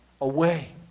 away